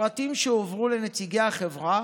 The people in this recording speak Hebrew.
הפרטים שהועברו לנציגי החברה